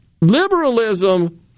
liberalism